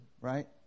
right